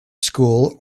school